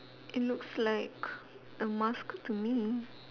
it looks like a mask to me